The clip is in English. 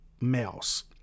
males